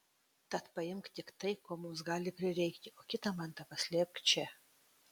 tad paimk tik tai ko mums gali prireikti o kitą mantą paslėpk čia